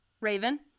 Raven